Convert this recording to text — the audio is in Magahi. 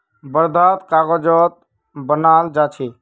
वर्धात कागज बनाल जा छे